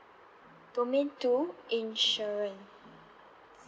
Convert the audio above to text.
domain two insurance